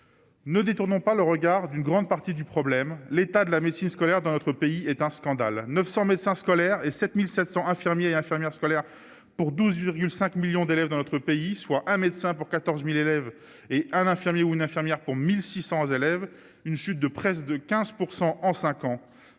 Ne détournons pas le regard d'une grande partie du problème, l'état de la médecine scolaire dans notre pays est un scandale 900 médecins scolaires et 7700 infirmiers et infirmières scolaires pour 12,5 millions d'élèves dans notre pays soit un médecin pour 14000 élèves et un infirmier ou une infirmière pour 1600 élèves une chute de presse de 15 % en 5 ans,